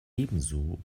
ebenso